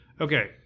Okay